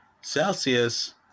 Celsius